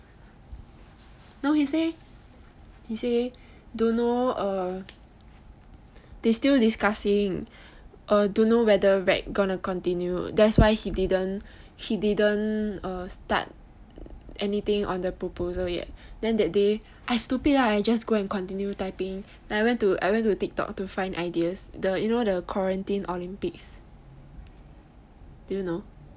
no he say he say don't know err they still discussing don't know whether rag going to continue thats why he didn't he didn't err start anything on the proposal yet then that day I stupid I just go and continue typing I went to I went to Tik Tok to find ideas you know the quarantine olympics do you know